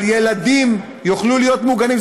אבל ילדים יוכלו להיות מוגנים.